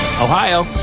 Ohio